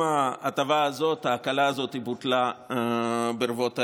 גם ההטבה הזאת, ההקלה הזאת, בוטלה ברבות הימים.